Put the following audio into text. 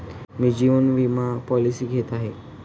मी जीवन विमा पॉलिसी घेत आहे